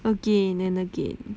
again and again